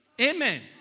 Amen